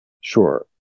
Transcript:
Sure